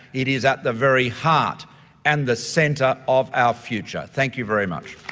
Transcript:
it is at the very heart and the centre of our future. thank you very much.